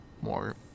more